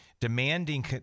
demanding